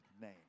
name